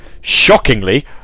shockingly